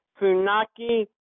Funaki